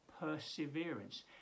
perseverance